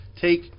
take